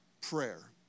prayer